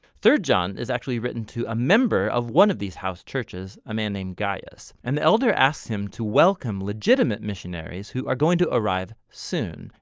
third john is actually written to a member of one of these house churches, a man named gaius, and the elder asked him to welcome legitimate missionaries who are going to arrive soon.